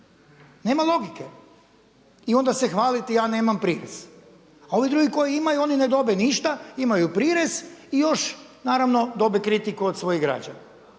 nema logike. I onda se hvaliti ja nemam prirez. A ovi drugi koji imaju oni ne dobe ništa, imaju prirez i još naravno dobe kritiku od svojih građana.